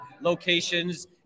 locations